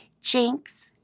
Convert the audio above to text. Jinx